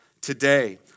Today